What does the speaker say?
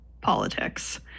politics